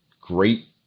great